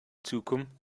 zukunft